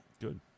Good